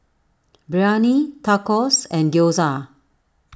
Biryani Tacos and Gyoza